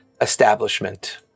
establishment